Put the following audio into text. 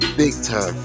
big-time